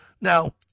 Now